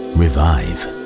revive